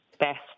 best